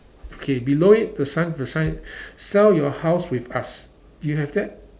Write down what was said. okay below it the sign the sign sell your house with us do you have that